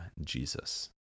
Jesus